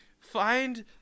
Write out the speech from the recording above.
Find